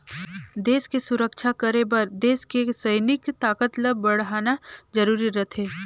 देस के सुरक्छा करे बर देस के सइनिक ताकत ल बड़हाना जरूरी रथें